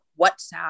WhatsApp